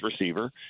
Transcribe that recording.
receiver